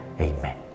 Amen